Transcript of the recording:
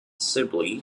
sibley